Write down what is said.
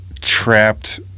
trapped